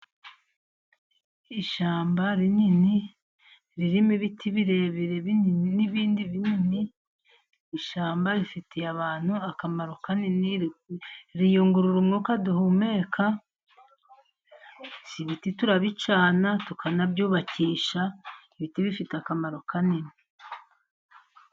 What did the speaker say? Ishyamba rinini ririmo ibiti birebire binini, n'ibindi binini. Ishyamba rifitiye abantu akamaro kanini, riyungurura umwuka duhumeka si ibiti turabicana, tukanabyubakisha ibiti bifite akamaro kanini.